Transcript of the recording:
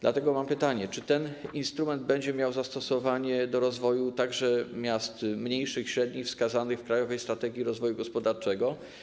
Dlatego mam pytanie: Czy ten instrument będzie miał zastosowanie do rozwoju także mniejszych, średnich miast wskazanych w krajowej strategii rozwoju gospodarczego?